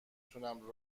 تونم